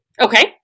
Okay